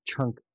chunk